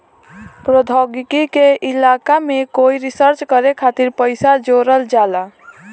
प्रौद्योगिकी के इलाका में कोई रिसर्च करे खातिर पइसा जोरल जाला